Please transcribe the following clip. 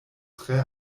tre